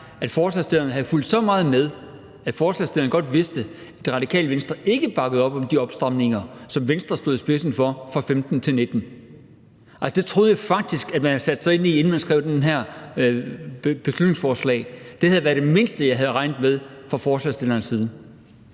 at forslagsstilleren havde fulgt så meget med, at forslagsstilleren godt vidste, at Det Radikale Venstre ikke bakkede op om de opstramninger, som Venstre stod i spidsen for fra 2015-2019. Det troede jeg faktisk man havde sat sig ind i, inden man skrev det her beslutningsforslag. Det havde været det mindste, jeg havde regnet med fra forslagsstillerens side.